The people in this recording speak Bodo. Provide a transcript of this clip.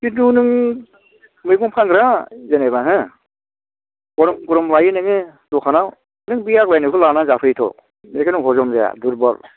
खिन्थु नों मैगं फानग्रा जेन'बा हो गरम गरम लायो नोङो दखानाव नों बे आग्लायनायखौ लाना जाफैयो थ' बेखायनो हजम जाया दुरबल